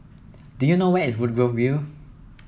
do you know where is Woodgrove View